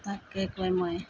তাকে কৈ মই